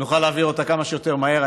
ונוכל להעביר אותה כמה שיותר מהר.